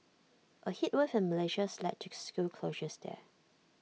A heat wave in Malaysia has led to school closures there